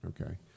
Okay